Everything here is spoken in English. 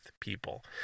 people